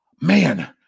man